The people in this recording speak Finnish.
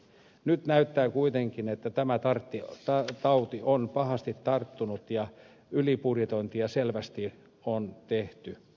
nyt näyttää kuitenkin että tämä tauti on pahasti tarttunut ja ylibudjetointia selvästi on tehty